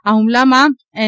આ હુમલામાં એન